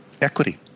equity